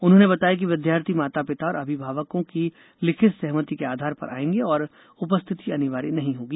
उन्होंने बताया कि विद्यार्थी माता पिता और अभिभावकों की लिखित सहमति के आधार पर आएंगे और उपस्थिति अनिवार्य नहीं होगी